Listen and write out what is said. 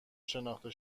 شناخته